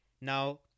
Now